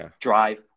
drive